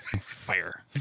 Fire